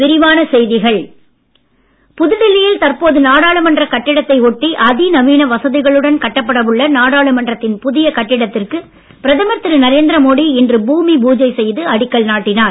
மோடி நாடாளுமன்றம் புதுடெல்லியில் தற்போதுள்ள நாடாளுமன்ற கட்டிடத்தை ஒட்டி அதிநவீன வசதிகளுடன் கட்டப்பட உள்ள நாடாளுமன்றத்தின் புதிய கட்டிடத்திற்கு பிரதமர் திரு நரேந்திர மோடி இன்று பூமி பூஜை செய்து அடிக்கல் நாட்டினார்